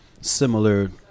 similar